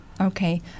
Okay